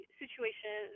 situation